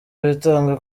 bitanga